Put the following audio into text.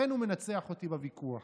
לכן הוא מנצח אותי בוויכוח.